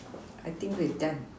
I think we're done